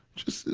just,